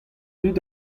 dud